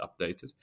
updated